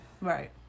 Right